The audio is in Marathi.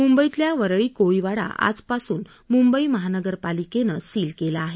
मुंबईतला वरळी कोळीवाडा आज पासून मुंबई महापालिकेने सील केला आहे